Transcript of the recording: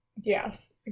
Yes